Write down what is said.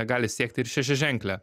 gali siekti ir šešiaženklę